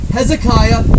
Hezekiah